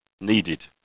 needed